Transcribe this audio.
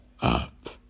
up